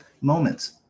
moments